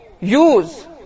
use